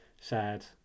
sad